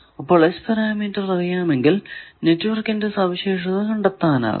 അപ്പോൾ S parameter അറിയാമെങ്കിൽ നെറ്റ്വർക്കിന്റെ സവിശേഷത കണ്ടെത്താനാകും